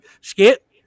skip